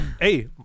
Hey